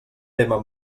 tema